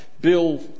Bill